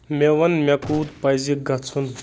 مےٚ ون مےٚ کوت پَزِ گژُھن